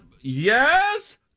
Yes